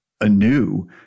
anew